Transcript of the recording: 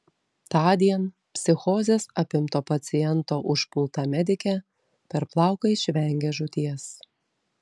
tądien psichozės apimto paciento užpulta medikė per plauką išvengė žūties